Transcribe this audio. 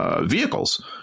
Vehicles